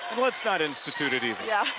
let's not institute it either. yeah